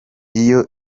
iyo